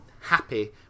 happy